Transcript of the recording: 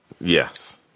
Yes